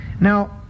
Now